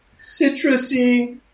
citrusy